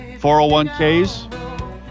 401ks